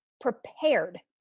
prepared